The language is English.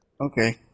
Okay